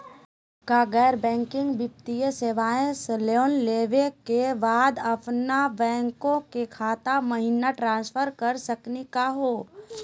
का गैर बैंकिंग वित्तीय सेवाएं स लोन लेवै के बाद अपन बैंको के खाता महिना ट्रांसफर कर सकनी का हो?